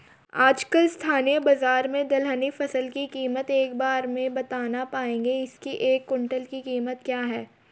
आजकल स्थानीय बाज़ार में दलहनी फसलों की कीमत के बारे में बताना पाएंगे इसकी एक कुन्तल की कीमत क्या है?